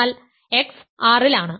എന്നാൽ x R ൽ ആണ്